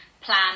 plan